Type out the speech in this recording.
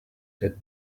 that